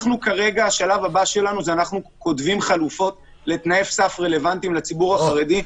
בשלב הבא שלנו אנחנו כותבים חלופות לתנאי סף רלוונטיים לציבור החרדי.